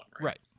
Right